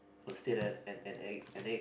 was still an an an egg an egg